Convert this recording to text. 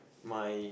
my